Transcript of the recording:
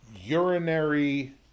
urinary